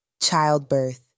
childbirth